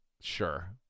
sure